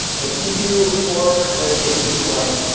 but if you fork let's say bitcoin,